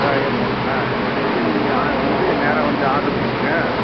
ஆ எப் ஆ வந்து நீங்கள் ஆ வந்து நேராக வந்து ஆட்ரு கொடுத்துருங்க